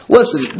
Listen